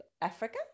Africa